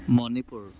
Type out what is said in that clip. Manipur